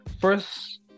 First